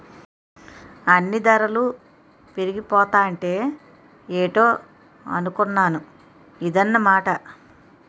అన్నీ దరలు పెరిగిపోతాంటే ఏటో అనుకున్నాను ఇదన్నమాట